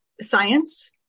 science